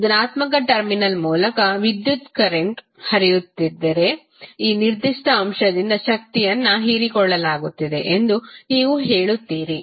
ಧನಾತ್ಮಕ ಟರ್ಮಿನಲ್ ಮೂಲಕ ವಿದ್ಯುತ್ ಕರೆಂಟ್ವು ಹರಿಯುತ್ತಿದ್ದರೆ ಆ ನಿರ್ದಿಷ್ಟ ಅಂಶದಿಂದ ಶಕ್ತಿಯನ್ನು ಹೀರಿಕೊಳ್ಳಲಾಗುತ್ತಿದೆ ಎಂದು ನೀವು ಹೇಳುತ್ತೀರಿ